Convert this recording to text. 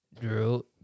Drew